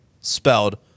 spelled